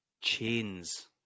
Chains